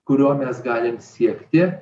kurio mes galim siekti